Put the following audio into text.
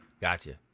Gotcha